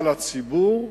על הציבור,